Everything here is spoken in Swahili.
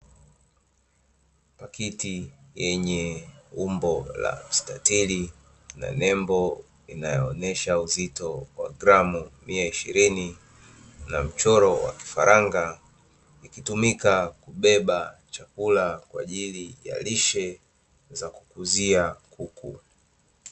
Pakiti yenye umbo la mstatili na nembo inayoonyesha uzito wa gramu mia ishirini na mchoro wa kifaranga, ikitumika kubeba chakula kwa ajili ya lishe za kukuzia kuku.